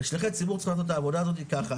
ושליחי ציבור צריכים לעשות את העבודה הזאת ככה.